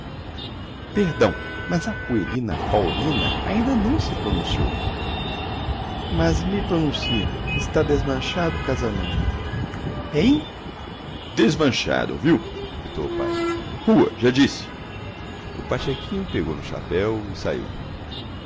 perdão mas a puelina paulina ainda não se pronunciou mas me pronuncio está desmanchado o casamento hem desmanchado ouviu gritou o pai rua já disse o pachequinho pegou no chapéu e saiu